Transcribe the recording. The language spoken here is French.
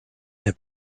n’ai